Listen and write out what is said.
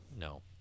No